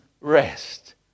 rest